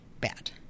bad